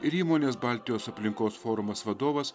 ir įmonės baltijos aplinkos forumas vadovas